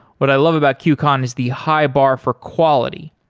what i love about qcon is the high bar for quality,